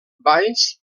balls